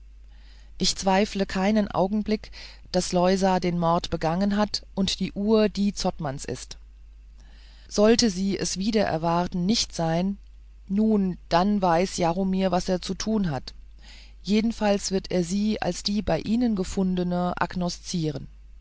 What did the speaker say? ich zweifle keinen augenblick daß loisa den mord begangen hat und die uhr die zottmanns ist sollte sie es wider erwarten nicht sein nun dann weiß jaromir was er zu tun hat jedenfalls wird er sie als die bei ihnen gefundene